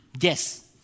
Yes